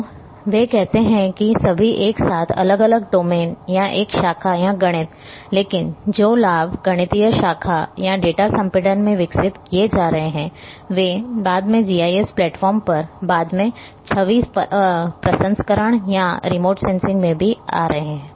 तो वे कहते हैं कि सभी एक साथ अलग अलग डोमेन या एक शाखा या गणित लेकिन जो लाभ गणितीय शाखा या डेटा संपीड़न में विकसित किए जा रहे हैं वे बाद में जीआईएस प्लेटफॉर्म पर बाद में छवि प्रसंस्करण या रिमोट सेंसिंग में भी आ रहे हैं